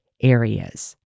Areas